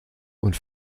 und